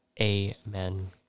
Amen